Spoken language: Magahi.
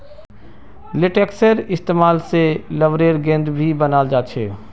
लेटेक्सेर इस्तेमाल से रबरेर गेंद भी बनाल जा छे